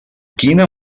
quina